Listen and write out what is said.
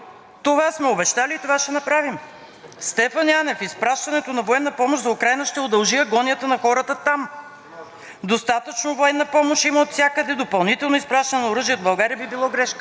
Достатъчно военна помощ има отвсякъде и допълнително изпращане на оръжие от България би било грешка.“ – цитирам. „Трудно е даже да преценим дали Украйна не би била агресор в един момент“ – само цитати